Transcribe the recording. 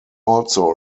also